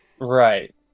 right